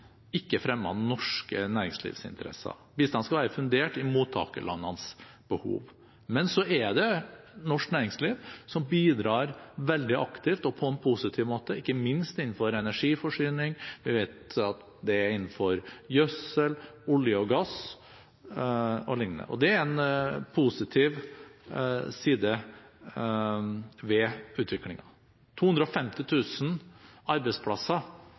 ikke fremme av norske næringslivsinteresser. Bistanden skal være fundert i mottakerlandenes behov, men så er det norsk næringsliv som bidrar veldig aktivt og på en positiv måte, ikke minst innenfor energiforsyning, gjødsel, olje og gass o.l. Det er en positiv side ved utviklingen. 250 000 arbeidsplasser